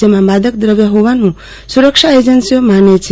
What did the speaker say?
જેમાં માદક દ્રવ્ય હોવાનું સુરક્ષા એજન્સીઓ માને છે